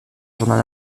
journal